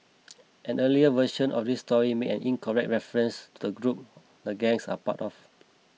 an earlier version of this story made an incorrect reference to the group the gangs are part of